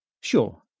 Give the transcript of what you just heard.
Sure